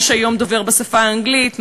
יש היום דובר בשפה האנגלית,